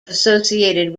associated